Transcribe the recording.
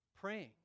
praying